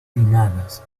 pinnadas